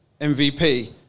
MVP